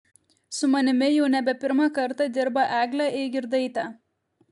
su manimi jau nebe pirmą kartą dirba eglė eigirdaitė